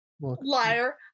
liar